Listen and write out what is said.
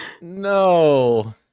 No